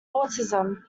autism